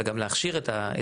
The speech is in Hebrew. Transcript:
אלא גם להכשיר את הצוות,